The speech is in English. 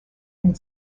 and